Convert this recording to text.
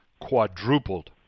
quadrupled